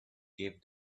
gave